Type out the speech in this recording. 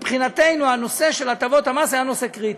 מבחינתנו, הנושא של הטבות המס היה נושא קריטי.